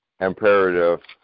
imperative